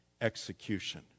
execution